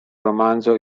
romanzo